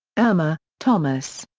irmer, thomas.